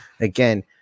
again